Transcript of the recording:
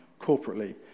corporately